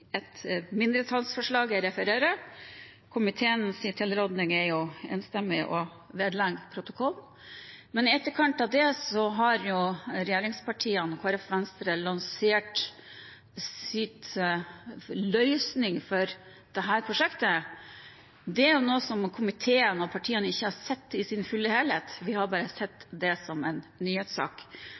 et mindretallsforslag jeg refererte. Komiteens tilråding om å vedlegge forslaget protokollen er enstemmig, men i etterkant av dette har regjeringspartiene, Kristelig Folkeparti og Venstre lansert sin løsning for prosjektet. Det er noe som komiteen og partiene ikke har sett i sin fulle helhet. Vi har bare sett det som en nyhetssak,